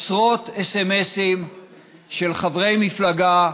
עשרות סמ"סים של חברי מפלגה,